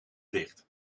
dicht